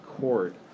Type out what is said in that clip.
court